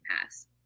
pass